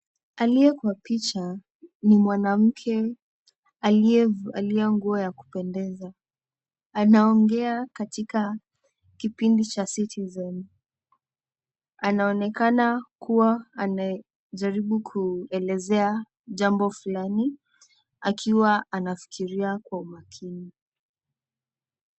Aliye kwa picha ni mwanamke aliyevalia nguo ya kupendeza. Anaongea katika kipindi cha CITIZEN . Anaonekana kuwa anajaribu kuelezea jambo fulani akiwa anafikiria kwa umakini.